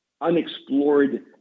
Unexplored